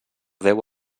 deu